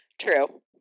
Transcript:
true